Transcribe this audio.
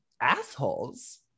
assholes